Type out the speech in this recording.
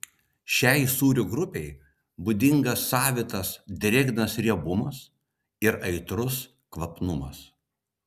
šiai sūrių grupei būdingas savitas drėgnas riebumas ir aitrus kvapnumas